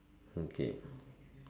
okay